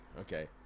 Okay